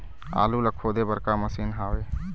आलू ला खोदे बर का मशीन हावे?